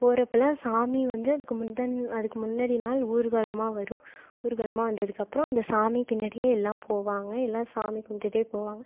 போகிறப்பலாம் சாமி வந்து அதுக்கு முந்தன் அதுக்கு முன்னாடி நாள் ஊர்கோலமாக வரும் ஊர்கோலமாக வந்ததுக்கப்புறம் அந்த சாமி பின்னாடியே எல்லாம் போவாங்க எல்லாம் சாமி கும்பிட்டுட்டே போவாங்க